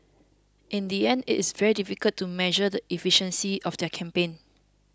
in the end it is very difficult to measure the efficiency of their campaign